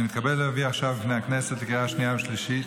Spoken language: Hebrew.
אני מתכבד להביא עכשיו בפני הכנסת לקריאה שנייה ושלישית